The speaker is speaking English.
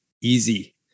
easy